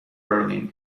berlin